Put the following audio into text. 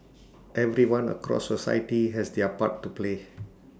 everyone across society has their part to play